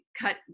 cut